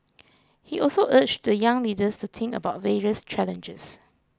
he also urged the young leaders to think about various challenges